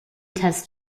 test